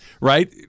right